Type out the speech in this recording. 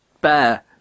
bear